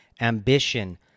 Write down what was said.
ambition